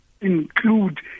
include